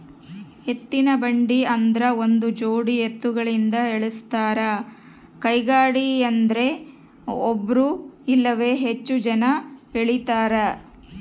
ಎತ್ತಿನಬಂಡಿ ಆದ್ರ ಒಂದುಜೋಡಿ ಎತ್ತುಗಳಿಂದ ಎಳಸ್ತಾರ ಕೈಗಾಡಿಯದ್ರೆ ಒಬ್ರು ಇಲ್ಲವೇ ಹೆಚ್ಚು ಜನ ಎಳೀತಾರ